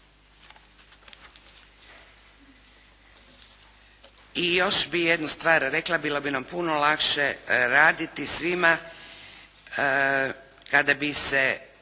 I još bih jednu stvar rekla, bilo bi nam puno lakše raditi svima kada bi se